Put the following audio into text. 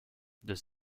deux